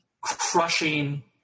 crushing